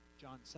John